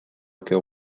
cœur